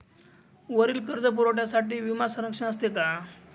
वरील कर्जपुरवठ्यास विमा संरक्षण असते का?